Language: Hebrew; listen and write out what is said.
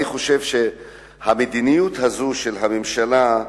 אני חושב שהמדיניות הזאת של הממשלה,